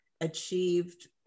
achieved